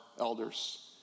elders